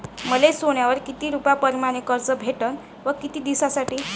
मले सोन्यावर किती रुपया परमाने कर्ज भेटन व किती दिसासाठी?